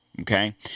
Okay